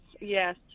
yes